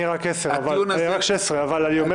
אני רק 16. אני אומר